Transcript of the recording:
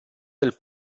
del